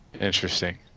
Interesting